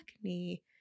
acne